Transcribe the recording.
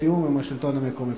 בתיאום עם השלטון המקומי,